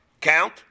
count